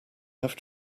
have